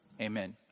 amen